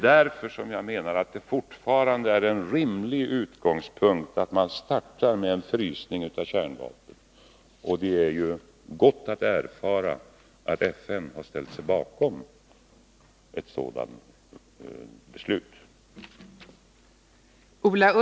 Därför menar jag att det fortfarande är en rimlig utgångspunkt att man startar med en frysning av kärnvapnen. Och det är ju gott att erfara att FN har ställt sig bakom en sådan uppläggning.